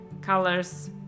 colors